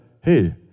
hey